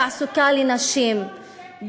תעסוקה לנשים,